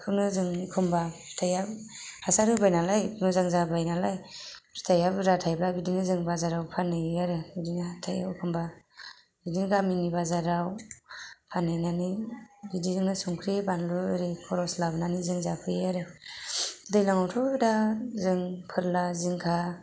बेखौनो जों एखनबा हाथाइयाव हासार होबाय नालाय मोजां जाबाय नालाय फिथाइया बुरजा थायोब्ला बिदिनो जों बाजाराव फानहैयो आरो बिदिनो हाथाइयाव एखनबा बिदिनो गामिनि बाजाराव फानहैनानै बिदिजोंनो संख्रि बानलु एरै खरस लाबोनानै जों जाफैयो आरो दैज्लाङावथ' दा जों फोरला जिंखा